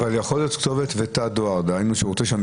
אודליה,